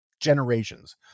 generations